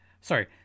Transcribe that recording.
Sorry